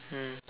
mm